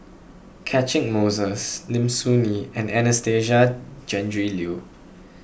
Catchick Moses Lim Soo Ngee and Anastasia Tjendri Liew